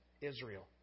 Israel